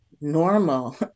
normal